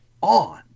on